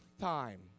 time